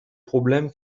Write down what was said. problème